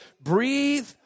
breathe